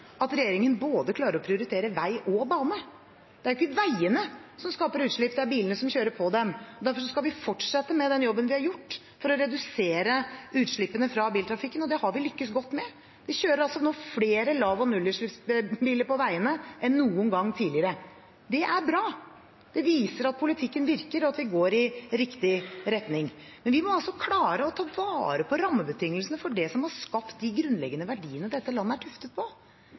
at regjeringen klarer å prioritere både vei og bane. Det er ikke veiene som skaper utslipp; det er bilene som kjører på dem. Derfor skal vi fortsette med den jobben vi har gjort, for å redusere utslippene fra biltrafikken. Det har vi lyktes godt med. Det kjører nå flere lav- og nullutslippsbiler på veiene enn noen gang tidligere. Det er bra – det viser at politikken virker, og at vi går i riktig retning. Men vi må klare å ta vare på rammebetingelsene for det som har skapt de grunnleggende verdiene dette landet er tuftet på.